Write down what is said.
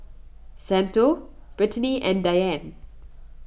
Santo Brittany and Diane